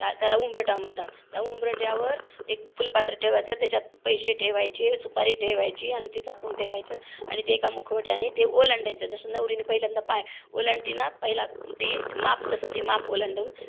त्या त्याला उंबरठा म्हणतात त्या उंबरठ्यावर एक फुलपात्र ठेवायचं त्याच्यात पैसे ठेवायचे सुपारी ठेवायची आणि ते झाकून ठेवायचं आणि ते एका मुखवट्याने ते ओलांडायचं जसं नवरी पहिल्यांदा पाय ओलांडतेन पहिल ती माप तसं ती माप ओलांडून